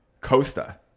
Costa